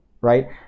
right